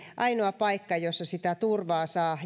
ainoa paikka jossa turvaa saa